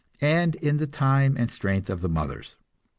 and in the time and strength of the mothers.